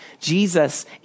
Jesus